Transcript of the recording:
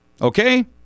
Okay